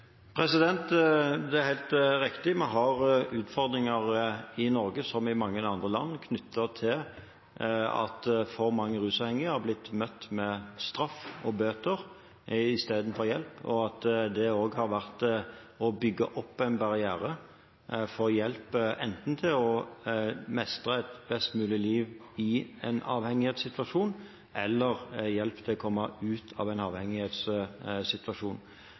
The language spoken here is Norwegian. Det er helt riktig, vi har utfordringer i Norge – som i mange andre land – knyttet til at for mange rusavhengige har blitt møtt med straff og bøter istedenfor hjelp, og at det har vært med på å bygge opp en barriere mot hjelp til enten å mestre et best mulig liv i en avhengighetssituasjon eller å komme ut av en avhengighetssituasjon.